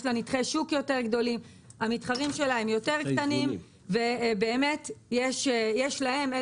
יש לה נתחי שוק יותר גדולים לעומת המתחרים שלה שהם יותר קטנים.